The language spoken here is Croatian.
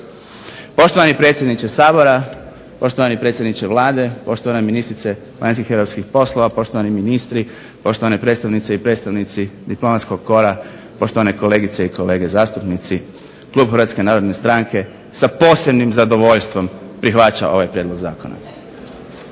Poštovani predsjedniče Sabora, poštovani predsjedniče Vlade, poštovana ministrice vanjskih i europskih poslova, poštovani ministri, poštovane predstavnice i predstavnici diplomatskog kora, poštovane kolegice i kolege zastupnici, klub HNS sa posebni zadovoljstvom prihvaća ovaj prijedlog zakona.